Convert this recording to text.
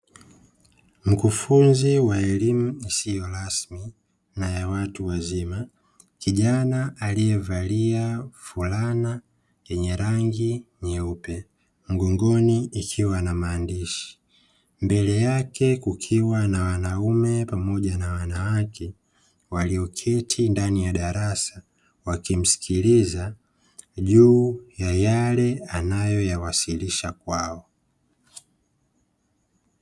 mkufunzi wa elimu isiyo rasmi na ya watu wazima, kijana aliyevalia fulana yenye rangi nyeupe, mgongoni ikiwa na maandishi mbele yake kukiwa na wanaume pamoja na wanawake walioketi ndani ya darasa wakimsikiliza juu ya yale anayoyawasilisha kwao.